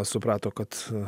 suprato kad